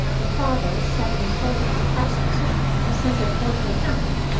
the father sat in a sort of detached position, in the center of bolivar county,